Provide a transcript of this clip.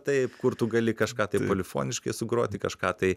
taip kur tu gali kažką tai polifoniškai sugroti kažką tai